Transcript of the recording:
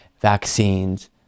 vaccines